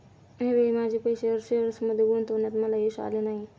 या वेळी माझे पैसे शेअर्समध्ये गुंतवण्यात मला यश आले नाही